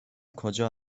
کجا